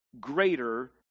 greater